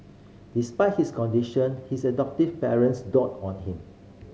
despite his condition his adoptive parents doted on him